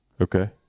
Okay